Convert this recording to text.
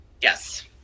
Yes